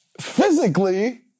Physically